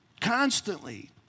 constantly